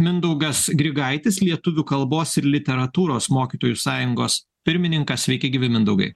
mindaugas grigaitis lietuvių kalbos ir literatūros mokytojų sąjungos pirmininkas sveiki gyvi mindaugai